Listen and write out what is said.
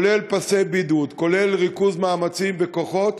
כולל פסי בידוד, כולל ריכוז מאמצים וכוחות,